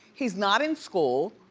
he's not in school,